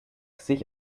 sich